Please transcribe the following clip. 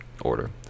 order